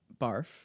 barf